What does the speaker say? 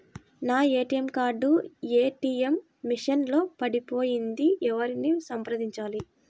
నా ATM card ATM machine లో పడిపోయింది ఎవరిని సంప్రదించాలి?